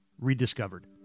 rediscovered